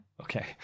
Okay